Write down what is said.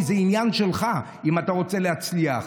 כי זה עניין שלך אם אתה רוצה להצליח.